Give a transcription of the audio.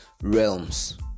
realms